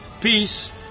peace